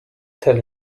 tell